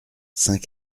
saint